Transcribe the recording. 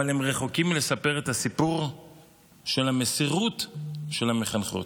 אבל הם רחוקים מלספר את הסיפור של המסירות של המחנכות,